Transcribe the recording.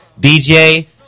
BJ